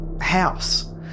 house